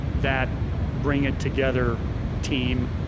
that bring it together team,